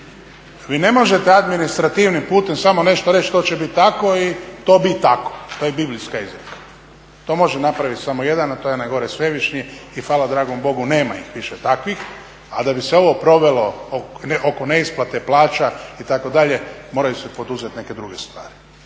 Vi ne možete administrativnim putem samo nešto reći to će biti tako i to bi tako, to je biblijska izreka. To može napraviti samo jedan, a to je onaj gore svevišnji. I hvala dragom bogu nema ih više takvih. Ali da bi se ovo provelo oko neisplate plaća itd. moraju se poduzeti neke druge stvari.